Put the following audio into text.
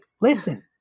listen